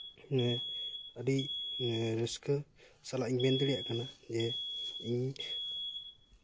ᱡᱮ ᱟᱹᱰᱤ ᱨᱟᱹᱥᱠᱟᱹ ᱥᱟᱞᱟᱜ ᱤᱧ ᱢᱮᱱ ᱫᱟᱲᱮᱭᱟᱜ ᱠᱟᱱᱟ ᱡᱮ ᱤᱧ